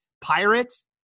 pirates